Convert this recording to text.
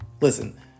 Listen